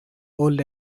old